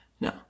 No